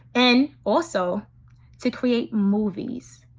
and also to create movies.